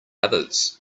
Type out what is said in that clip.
others